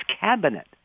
cabinet